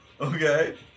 Okay